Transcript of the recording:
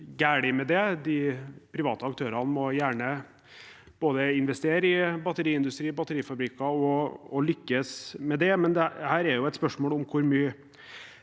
de private aktørene må gjerne både investere i batteriindustri og batterifabrikker og lykkes med det, men dette er et spørsmål om hvor mye